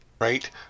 right